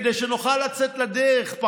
כדי שנוכל לצאת לדרך,